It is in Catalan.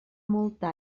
molta